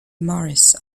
morris